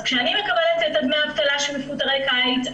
אז כשאני מקבלת את דמי האבטלה של מפוטרי קיץ,